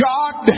God